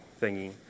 thingy